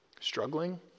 struggling